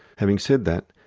having said that,